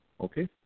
Okay